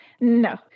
no